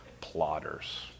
plotters